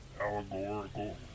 allegorical